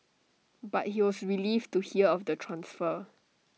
but he was relieved to hear of the transfer